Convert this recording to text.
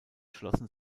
schlossen